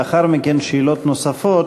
לאחר מכן שאלות נוספות